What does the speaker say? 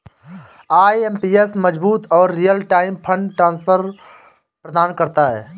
IMPS मजबूत और real time fund transfer प्रदान करता है